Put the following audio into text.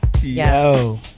Yo